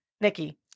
Nikki